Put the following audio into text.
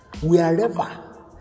Wherever